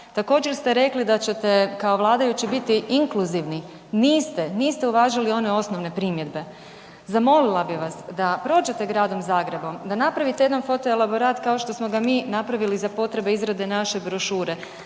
Također ste rekli da ćete kao vladajući biti inkluzivni, niste, niste uvažili one osnovne primjedbe. Zamolila bi vas da prođete Gradom Zagrebom da napravite jedan foto elaborat kao što smo ga mi napravili za potrebe izrade naše brošure,